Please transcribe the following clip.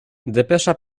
depesza